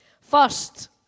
First